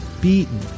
beaten